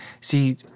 see